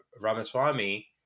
Ramaswamy